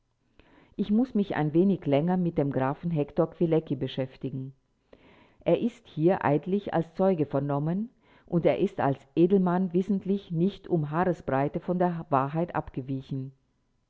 ich muß mich ein wenig länger mit dem grafen hektor kwilecki beschäftigen er ist hier eidlich als zeuge vernommen und er ist als edelmann wissentlich nicht um haaresbreite von der wahrheit abgewichen